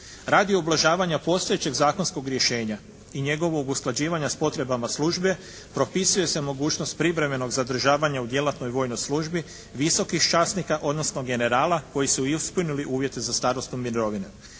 Radi ublažavanja postojećeg zakonskog rješenja i njegovo usklađivanja s potrebama službe propisuje se mogućnost privremenog zadržavanja u djelatnoj vojnoj službi visokih časnika odnosno generala koji su ispunili uvjete za starosnu mirovinu.